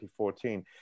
2014